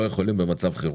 לא יכולים במצב חירום.